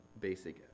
basic